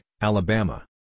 Alabama